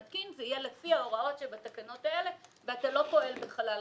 מתקין זה יהיה על פי ההוראות שבתקנות האלה ואתה לא פועל בחלל ריק.